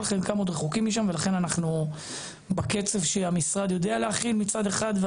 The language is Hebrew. אבל חלקם עוד רחוקים משם ולכן אנחנו בקצב שהמשרד יודע להכין מצד אחד,